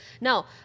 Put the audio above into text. Now